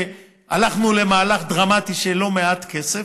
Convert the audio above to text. שהלכנו למהלך דרמטי של לא מעט כסף.